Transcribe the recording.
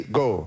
go